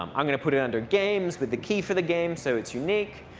um i'm going to put it under games with the key for the game so it's unique.